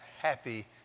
happy